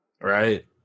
Right